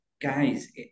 guys